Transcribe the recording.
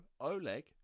Oleg